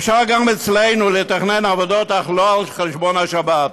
אפשר גם אצלנו לתכנן עבודות, אך לא על חשבון השבת.